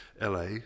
la